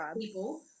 people